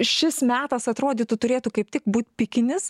šis metas atrodytų turėtų kaip tik būt pikinis